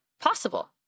possible